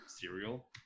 cereal